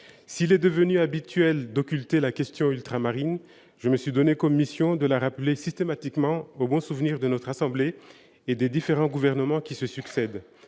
S'il est devenu habituel d'occulter la question ultramarine, je me suis donné comme mission de la rappeler systématiquement au bon souvenir de notre assemblée et des différents gouvernements qui se succèdent.